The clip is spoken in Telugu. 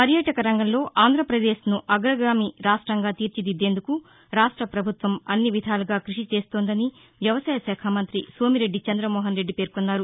పర్యాటక రంగంలో ఆంధ్రపదేశ్ను అగగామి రాష్ట్రంగా తీర్చిదిద్దేందుకు రాష్ట ప్రభుత్వం ను అన్ని విధాలుగా కృషి చేస్తోందని వ్యవసాయ శాఖ మంత్రి సోమిరెడ్డి చంద్రమోహన్ రెడ్డి పేర్కొన్నారు